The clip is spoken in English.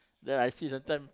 then I see sometimes